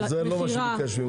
על מכירה -- זה לא מה שביקשתי מכם.